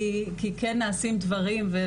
כי כן נעשים דברים.